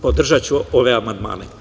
Podržaću ove amandmane.